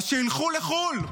אז שילכו לחו"ל.